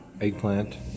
Eggplant